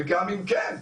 וגם אם כן,